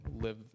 live